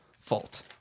fault